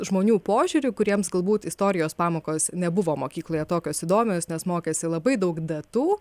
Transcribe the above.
žmonių požiūrį kuriems galbūt istorijos pamokos nebuvo mokykloje tokios įdomios nes mokėsi labai daug datų